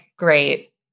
great